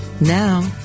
Now